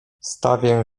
stawię